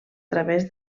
través